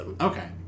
okay